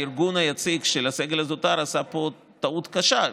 הארגון היציג של הסגל הזוטר עשה פה טעות קשה,